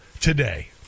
today